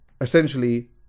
essentially